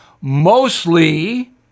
mostly